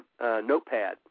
notepad